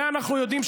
את זה אנחנו יודעים,